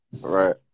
right